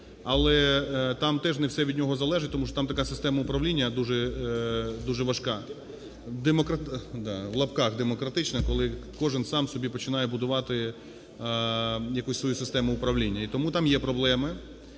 але там теж не все від нього залежить, тому що там така система управління дуже важка…Да, в лапках "демократична", коли кожен сам собі починає будувати якусь свою систему управління. І тому там є проблеми.